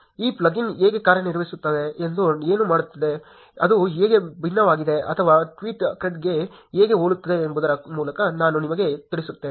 ಈ ಪ್ಲಗಿನ್ ಹೇಗೆ ಕಾರ್ಯನಿರ್ವಹಿಸುತ್ತದೆ ಅದು ಏನು ಮಾಡುತ್ತದೆ ಅದು ಹೇಗೆ ಭಿನ್ನವಾಗಿದೆ ಅಥವಾ ಟ್ವೀಟ್ಕ್ರೆಡ್ಗೆ ಹೇಗೆ ಹೋಲುತ್ತದೆ ಎಂಬುದರ ಮೂಲಕ ನಾನು ನಿಮಗೆ ತಿಳಿಸುತ್ತೇನೆ